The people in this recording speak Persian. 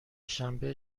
شنبه